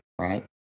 right